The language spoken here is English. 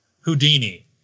Houdini